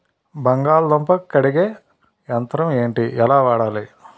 బంగాళదుంప ను కడిగే యంత్రం ఏంటి? ఎలా వాడాలి?